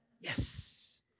Yes